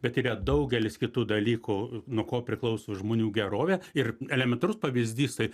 bet yra daugelis kitų dalykų nuo ko priklauso žmonių gerovė ir elementarus pavyzdys tai